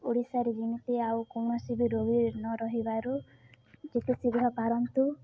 ଓଡ଼ିଶାରେ ଯେମିତି ଆଉ କୌଣସି ବି ରୋଗୀ ନରହିବାରୁ ଚିକିତ୍ସା ଶୀଘ୍ର ପାରନ୍ତୁ